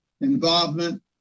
involvement